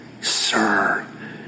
sir